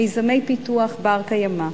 מיזמי פיתוח בר-קיימא,